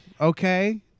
okay